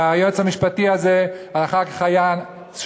והיועץ המשפטי הזה היה אחר כך שופט